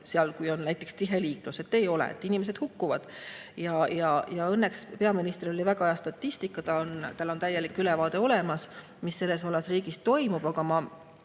kui on näiteks tihe liiklus? Ei ole, inimesed hukkuvad. Ja õnneks peaministril oli väga hea statistika, tal on täielik ülevaade olemas, mis selles vallas riigis toimub. Aga ma